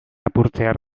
apurtzear